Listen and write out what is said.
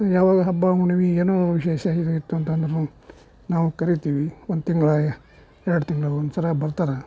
ಯಾವಾಗ ಹಬ್ಬ ಹುಣ್ಣಿಮೆ ಏನೋ ವಿಶೇಷ ಇತ್ತು ಅಂತಂದ್ರೂ ನಾವು ಕರೀತಿವಿ ಒಂದು ತಿಂಗ್ಳು ಎರಡು ತಿಂಗ್ಳಿಗೆ ಒಂದು ಸಲ ಬರ್ತಾರೆ